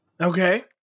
Okay